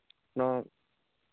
ᱱᱚᱣᱟ